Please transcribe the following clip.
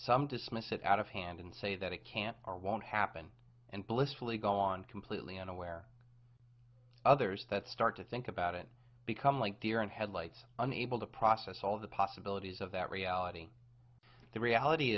some dismiss it out of hand and say that it can't or won't happen and blissfully go on completely unaware others that start to think about it become like deer in headlights unable to process all the possibilities of that reality the reality